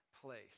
place